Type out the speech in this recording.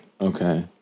Okay